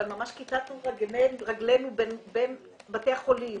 אבל ממש כיתתנו רגלינו בין בתי חולים